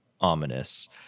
ominous